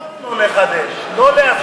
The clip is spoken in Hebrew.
להורות לא לחדש, לא לאפשר.